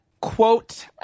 quote